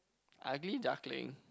ugly duckling